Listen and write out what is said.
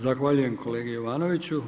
Zahvaljujem kolegi Jovanoviću.